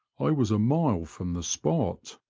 i was a mile from the spot.